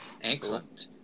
Excellent